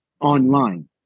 online